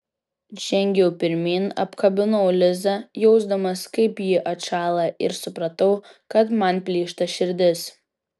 žengiau pirmyn apkabinau lizą jausdamas kaip ji atšąla ir supratau kad man plyšta širdis